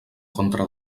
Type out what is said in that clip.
contra